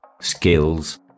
skills